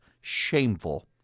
shameful